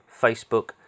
Facebook